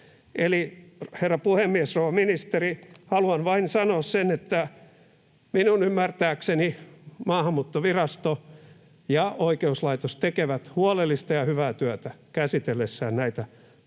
Herra puhemies! Rouva ministeri, haluan vain sanoa sen, että minun ymmärtääkseni Maahanmuuttovirasto ja oikeuslaitos tekevät huolellista ja hyvää työtä käsitellessään näitä tapauksia.